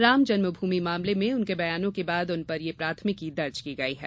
रामजन्म भूमि मामले में उनके बयानों के बाद उन पर ये प्राथमिकी दर्ज की गई है